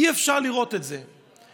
אי-אפשר לראות את זה.